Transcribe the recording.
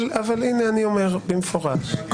הינה אני אומר במפורש,